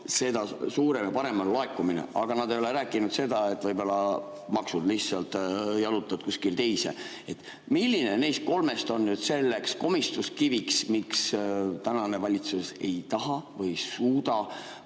seda suurem ja parem on laekumine. Aga nad ei ole rääkinud seda, et võib-olla maksud lihtsalt jalutavad kuskile teise [riiki]. Milline neist kolmest on see komistuskivi, miks tänane valitsus ei taha või ei suuda